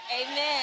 Amen